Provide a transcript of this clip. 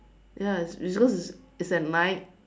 ya it's cause it's at night